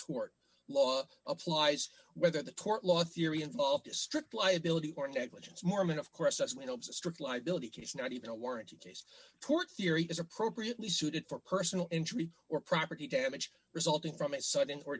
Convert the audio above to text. tort law applies whether the tort law theory involved strict liability or negligence marmont of course as we know is a strict liability case not even a warranty case court theory is appropriately suited for personal injury or property damage resulting from a sudden or